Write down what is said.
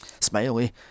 Smiley